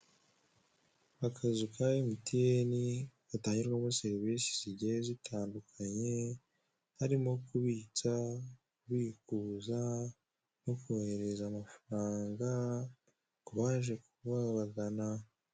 Akazu ka MTN gatangirwamo serivisi zigiye zitandukanye harimo; kubitsa, kubikuza no kohereza amafaranga kubaje babagana.